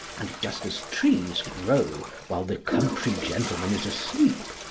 and just as trees grow while the country gentleman is asleep,